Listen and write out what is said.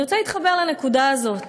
אני רוצה להתחבר לנקודה הזאת,